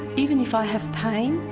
even if i have pain,